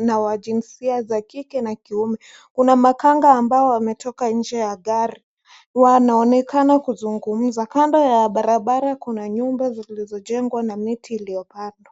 na wa jinsia ya kike na kiume. Kuna makanga ambao wametoka nje ya gari, wanaonekana kuzungumza. Kando ya barabara kuna nyumba zilizojengwa na miti iliyopandwa.